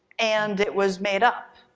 and it was made up.